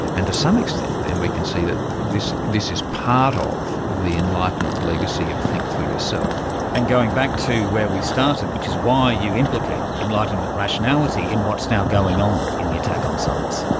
and to some extent then we can see that this this is part of the enlightenment legacy of think for yourself. and going back to where we started, which is why you implicate enlightenment rationality in what is now going on in the attack on science.